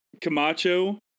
Camacho